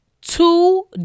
Two